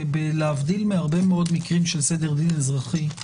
כי להבדיל מהרבה מאוד מקרים של סדר דין אזרחי,